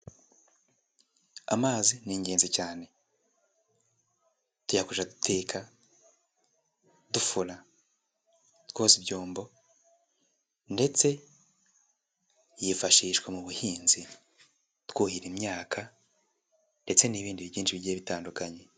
Amazi ni ingenzi cyane, tuyakoresha duteka, dufura, twoza ibyombo ndetse yifashishwa mu buhinzi twuhira imyaka ndetse n'ibindi byinshi bigiye bitandukanye.